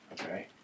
Okay